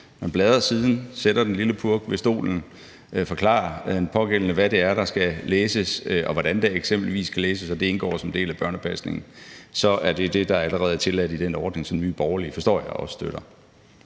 hvis man bladrer i bogen og sætter den lille purk på stolen og forklarer denne, hvad det er, der skal læses, og hvordan der eksempelvis skal læses, og at det indgår som en del af børnepasning, så er det det, der allerede er tilladt i den ordning, som Nye Borgerlige, forstår jeg, også støtter.